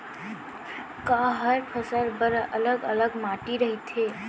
का हर फसल बर अलग अलग माटी रहिथे?